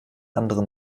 anderen